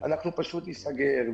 אנחנו פשוט ניסגר.